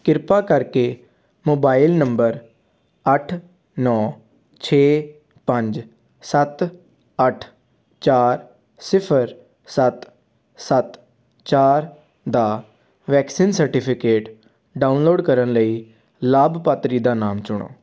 ਕਿਰਪਾ ਕਰਕੇ mobile number ਅੱਠ ਨੌਂ ਛੇ ਪੰਜ ਸੱਤ ਅੱਠ ਚਾਰ ਸਿਫਰ ਸੱਤ ਸੱਤ ਚਾਰ ਦਾ ਵੈਕਸੀਨ ਸਰਟੀਫਿਕੇਟ ਡਾਊਨਲੋਡ ਕਰਨ ਲਈ ਲਾਭਪਾਤਰੀ ਦਾ ਨਾਮ ਚੁਣੋ